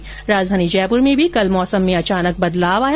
वहीं राजधानी जयपुर में भी कल मौसम में अचानक बदलाव हुआ